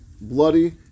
bloody